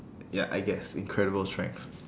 ya I guess incredible strength